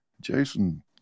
Jason